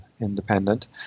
independent